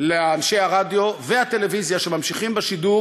לאנשי הרדיו והטלוויזיה שממשיכים בשידור